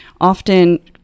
often